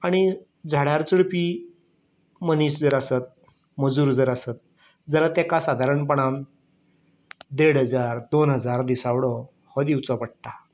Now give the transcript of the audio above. आनी झाडार चडपी मनीस जर आसत मजूर जर आसत जाल्या ताका सादारणपणान देड हजार दोन हजार दिसावडो हो दिवचो पडटा